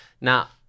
Now